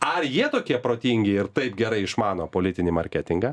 ar jie tokie protingi ir taip gerai išmano politinį marketingą